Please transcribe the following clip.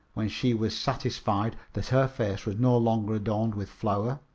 when she was satisfied that her face was no longer adorned with flour,